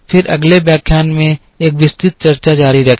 फिर अगले व्याख्यान में एक विस्तृत चर्चा जारी रखें